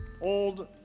old